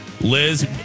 Liz